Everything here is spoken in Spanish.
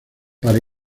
para